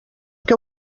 què